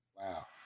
Wow